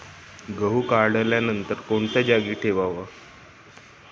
गहू काढल्यानंतर कोणत्या जागी ठेवावा?